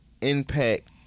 impact